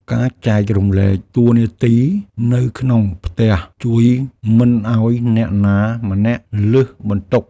ការចែករំលែកតួនាទីនៅក្នុងផ្ទះជួយមិនឱ្យអ្នកណាម្នាក់លើសបន្ទុក។